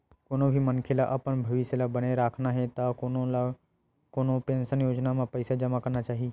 कोनो भी मनखे ल अपन भविस्य ल बने राखना हे त कोनो न कोनो पेंसन योजना म पइसा जमा करना चाही